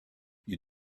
you